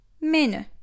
Menu